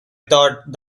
thought